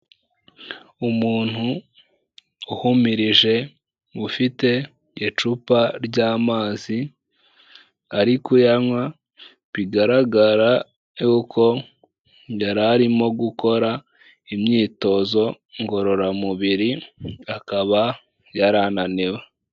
Umuntu uhumirije ufite icupa ry'amazi ari kuyanywa bigaragara y'uko yari arimo gukora imyitozo ngororamubiri, akaba yari ananiwe.